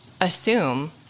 assume